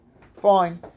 Fine